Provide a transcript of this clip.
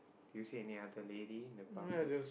you see any other lady in the pathway